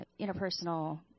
interpersonal